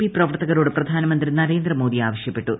P പ്രവർത്തകരോട് പ്രധാനമന്ത്രി നരേന്ദ്രമോദി ആവശ്യപ്പെട്ടു